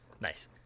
Nice